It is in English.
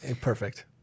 Perfect